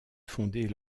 fonder